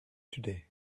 today